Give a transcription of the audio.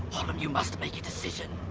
hollum, you must make a decision.